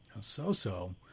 so-so